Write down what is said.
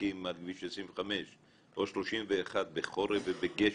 שמחכים על כביש 25 או 31 בחורף ובגשם,